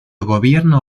gobierno